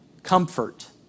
Comfort